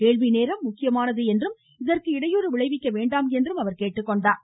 கேள்வி நேரம் முக்கியமானது என்றும் இதற்கு இடையூறு விளைவிக்க வேண்டாம் என்றும் அவர் கேட்டுக் கொண்டார்